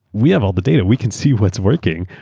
we have all the data. we can see what's working.